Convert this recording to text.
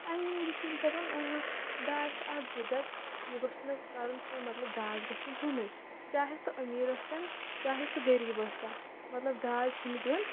اَمی موٗجوٗب چھٮ۪س بہٕ دَپان داج چھِ اَکھ بِدعت یہِ گوٚژھ نہٕ کَرُن کینٛہہ مطلب داج گوٚژھ نہٕ دِنُے چاہے سُہ امیٖر ٲسۍ تَن چاہے سُہ غریٖب ٲسۍ تَن مطلب داج چھُنہٕ دیُٚن